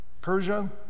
Persia